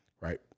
right